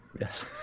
Yes